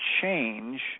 change